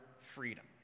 freedom